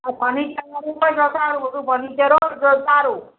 ફર્નિચરવાળું હોય તો સારું બધું ફર્નિચર હોય તો સારું